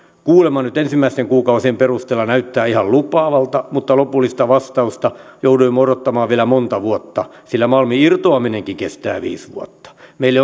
kuulemma nyt ensimmäisten kuukausien perusteella näyttää ihan lupaavalta mutta lopullista vastausta joudumme odottamaan vielä monta vuotta sillä malmin irtoaminenkin kestää viisi vuotta meille